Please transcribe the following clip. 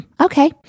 Okay